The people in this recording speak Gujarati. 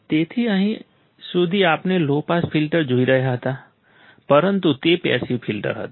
તેથી અહીં સુધી આપણે લો પાસ ફિલ્ટર જોઈ રહ્યા હતા પરંતુ તે પેસિવ ફિલ્ટર હતા